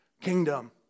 kingdom